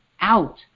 out